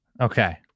Okay